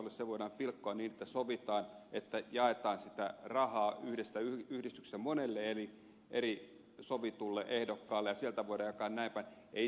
se voidaan pilkkoa niin että sovitaan että jaetaan sitä rahaa yhdestä yhdistyksestä monelle eri sovitulle ehdokkaalle ja sieltä voidaan jakaa näin päin